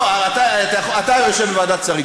אתה יושב בוועדת שרים,